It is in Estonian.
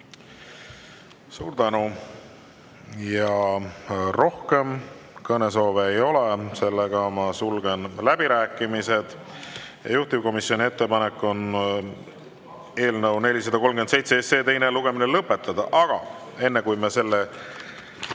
Suur tänu! Rohkem kõnesoove ei ole. Sulgen läbirääkimised. Juhtivkomisjoni ettepanek on eelnõu 437 teine lugemine lõpetada. Aga enne, kui me selle